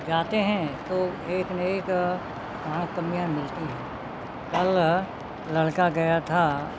जाते हैं तो एक न एक वहाँ कमियाँ मिलती हैं कल लड़का गया था